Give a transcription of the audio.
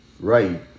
right